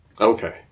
Okay